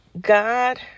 God